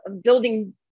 building